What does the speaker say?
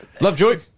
Lovejoy